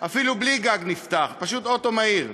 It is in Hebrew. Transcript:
אפילו בלי גג נפתח, פשוט אוטו מהיר,